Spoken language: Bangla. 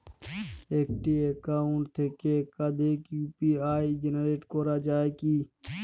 একটি অ্যাকাউন্ট থেকে একাধিক ইউ.পি.আই জেনারেট করা যায় কি?